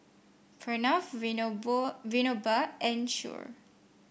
Pranav Vinoba and Choor